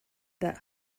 that